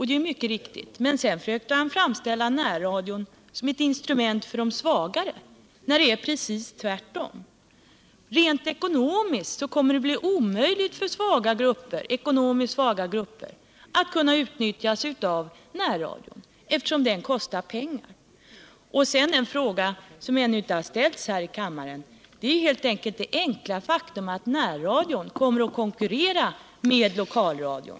Det är alldeles riktigt. Men sedan försökte han framställa närradion som ett instrument för den svagare, fastän det är precis tvärtom; rent ekonomiskt kommer det att bli omöjligt för ekonomiskt svaga grupper att begagna sig av närradion, eftersom den kostar pengar. Ännu en fråga — som hittills inte tillräckligt betonats här i kammaren — är det enkla faktum att närradion kommer att konkurrera med lokalradion.